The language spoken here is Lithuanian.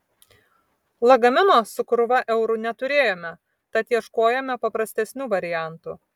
lagamino su krūva eurų neturėjome tad ieškojome paprastesnių variantų